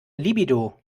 libido